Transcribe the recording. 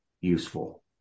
useful